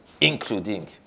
including